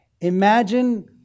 Imagine